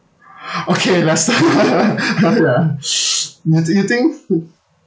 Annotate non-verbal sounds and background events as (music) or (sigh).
(breath) okay lester (laughs) ya (noise) you think you think (noise)